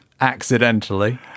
accidentally